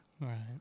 Right